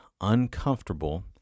uncomfortable